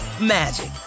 magic